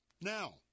Now